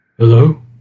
Hello